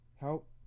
help